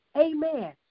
Amen